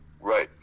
right